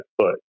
foot